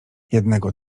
jednego